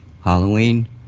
Halloween